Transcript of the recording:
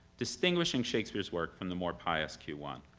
distinguishing shakespeare's work from the more pious q one.